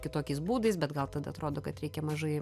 kitokiais būdais bet gal tada atrodo kad reikia mažai